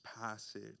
passage